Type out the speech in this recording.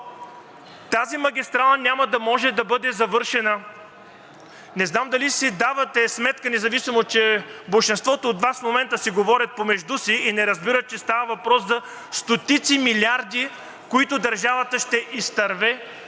тази магистрала няма да може да бъде завършена. Не знам дали си давате сметка, независимо че болшинството от Вас в момента си говорят помежду си и не разбират, че става въпрос за стотици милиарди, които държавата ще изтърве,